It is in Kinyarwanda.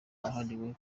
wahariwe